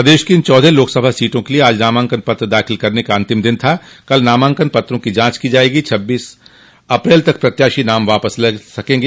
प्रदेश की इन चौदह लोकसभा सीटों के लिये आज नामांकन पत्र दाखिल करन का अंतिम दिन था कल नामांकन पत्रों की जांच की जायेगी जबकि छब्बीस अप्रैल तक प्रत्याशी नाम वापस ले सकेंगे